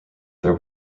there